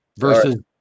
Versus